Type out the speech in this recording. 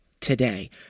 Today